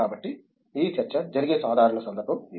కాబట్టి ఈ చర్చ జరిగే సాధారణ సందర్భం ఇది